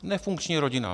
Nefunkční rodina.